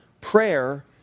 prayer